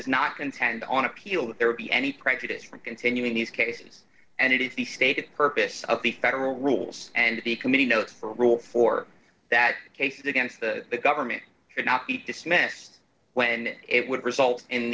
does not intend on appeal that there be any prejudice from continuing these cases and it is the stated purpose of the federal rules and the committee notes for a rule for that case against the government should not be dismissed when it would result in